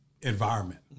environment